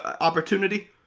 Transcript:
opportunity